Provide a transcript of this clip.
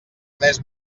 tres